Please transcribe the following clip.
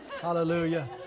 hallelujah